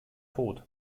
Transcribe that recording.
tod